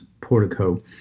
portico